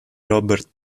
robert